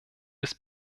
des